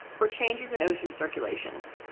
or changes in ocean circulation.